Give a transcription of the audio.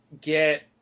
get